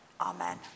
Amen